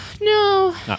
No